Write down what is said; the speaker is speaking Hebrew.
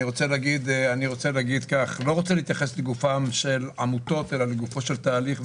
אני רוצה להתייחס לגוף התהליך.